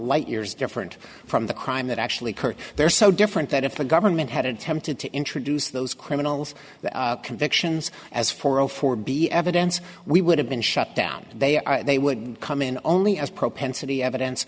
light years different from the crime that actually occurred they're so different that if the government had attempted to introduce those criminals convictions as for zero four be evidence we would have been shut down and they are they would come in only as propensity evidence